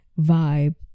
vibe